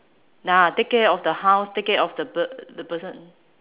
nah take care of the house take care of the per~ the person